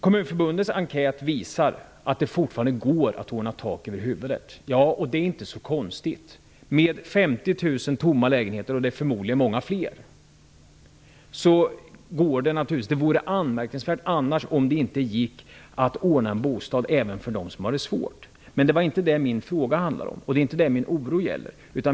Kommunförbundets enkät visar att det fortfarande går att ordna tak över huvudet. Det är inte så konstigt, med 50 000 tomma lägenheter -- förmodligen är det många fler. Det vore anmärkningsvärt om det inte gick att ordna en bostad även för dem som har det svårt. Men det är inte det min fråga handlar om, och det är inte det som min oro gäller.